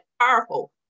powerful